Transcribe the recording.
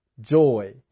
joy